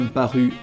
paru